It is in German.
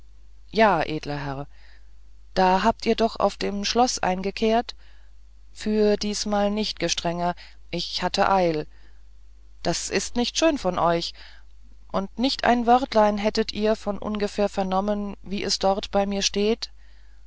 ja edler herr da habt ihr doch auf dem schloß eingekehrt für diesmal nicht gestrenger ich hatte eil das ist nicht schön von euch und nicht ein wörtlein hättet ihr von ungefähr vernommen wie es dort bei mir steht